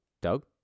Doug